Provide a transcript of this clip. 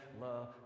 love